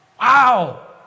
Wow